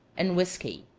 and whiskey.